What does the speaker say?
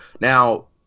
Now